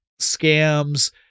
scams